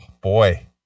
boy